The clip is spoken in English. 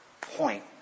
point